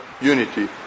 unity